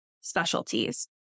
specialties